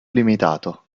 limitato